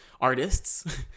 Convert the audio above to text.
artists